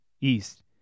east